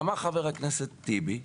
אמר חבר הכנסת טיבי,